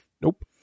Nope